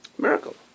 miracle